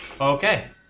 Okay